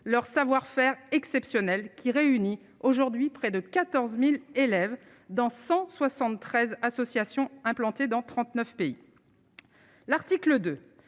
leur savoir-faire exceptionnel qui réunit aujourd'hui près de 14000 élèves dans 173 associations implantées dans 39 pays, l'article 2